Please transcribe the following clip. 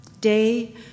Day